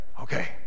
okay